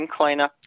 cleaner